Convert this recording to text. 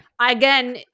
again